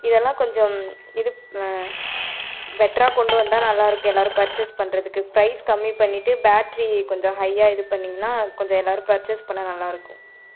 இதெலாம் கொஞ்சம் இது பெட்ரா கொண்டு வந்தால் நல்லாயிருக்கும் எல்லோரும் பர்ச்சேஸ் பண்ணுறதுக்கு ப்ரைஸ் கம்மி பண்ணிவிட்டு பேட்ரி கொஞ்சம் ஹையாக இது பண்ணீங்கனால் கொஞ்சம் எல்லோரும் பர்ச்சேஸ் பண்ண நல்லாயிருக்கும்